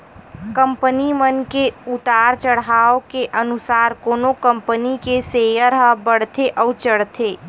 company मन के उतार चड़हाव के अनुसार कोनो कंपनी के सेयर ह बड़थे अउ चढ़थे